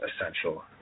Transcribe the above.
essential